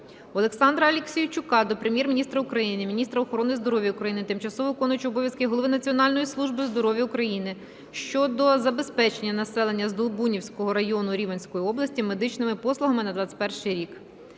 Олександра Аліксійчука до Прем'єр-міністра України, міністра охорони здоров'я України, тимчасово виконуючого обов'язки голови Національної служби здоров'я України щодо забезпечення населення Здолбунівського району Рівненської області медичними послугами на 2021 рік.